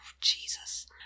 Jesus